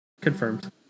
Confirmed